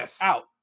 out